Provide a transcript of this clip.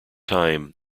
time